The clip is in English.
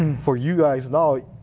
for you guys now,